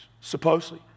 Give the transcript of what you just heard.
supposedly